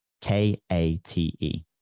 K-A-T-E